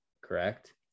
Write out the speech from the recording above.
correct